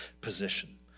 position